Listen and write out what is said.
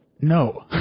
No